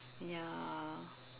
ya